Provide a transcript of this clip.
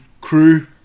crew